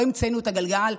לא המצאנו את הגלגל,